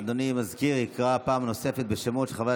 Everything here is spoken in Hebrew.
אדוני המזכיר יקרא פעם נוספת בשמות של חברי